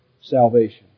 salvation